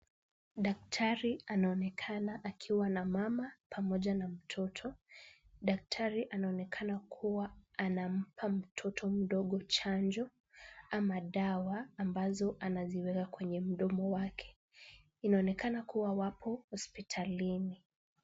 Daktari anaonekana akiwa na mama pamoja na mtoto. Daktari anaonekana kuwa anampa mtoto mdogo chanjo ama dawa, ambazo anaziweka kwenye mdomo wake. Inaonekana kuwa wapo hospitalini.